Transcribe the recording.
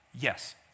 Yes